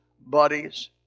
buddies